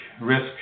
risk